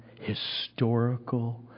historical